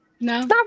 No